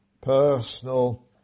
personal